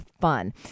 fun